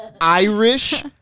Irish